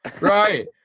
Right